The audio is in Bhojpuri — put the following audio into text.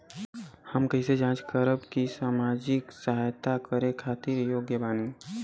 हम कइसे जांच करब की सामाजिक सहायता करे खातिर योग्य बानी?